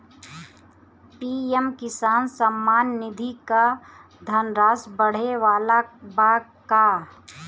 PM किसान सम्मान निधि क धनराशि बढ़े वाला बा का?